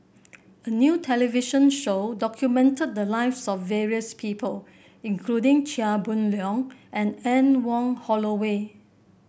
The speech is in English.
a new television show documented the lives of various people including Chia Boon Leong and Anne Wong Holloway